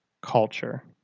culture